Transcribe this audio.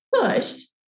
pushed